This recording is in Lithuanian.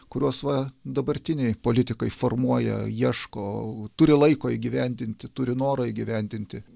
kuriuos va dabartiniai politikai formuoja ieško turi laiko įgyvendinti turi norą įgyvendinti